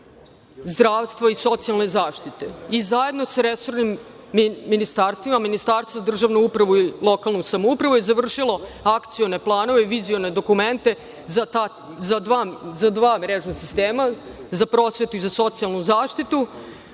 zdravstva i socijalne zaštite. Zajedno sa resornim ministarstvima, Ministarstvo za državnu upravu i lokalnu samoupravu je završilo akcione planove i vizione dokumente za dva mrežna sistema, za prosvetu i za socijalnu zaštitu,